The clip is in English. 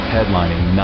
Headlining